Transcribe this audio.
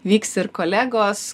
vyks ir kolegos